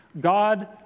God